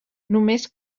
només